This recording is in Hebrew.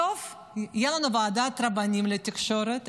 בסוף תהיה לנו ועדת רבנים לתקשורת.